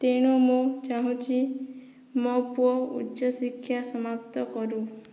ତେଣୁ ମୁଁ ଚାହୁଁଛି ମୋ ପୁଅ ଉଚ୍ଚ ଶିକ୍ଷା ସମାପ୍ତ କରୁ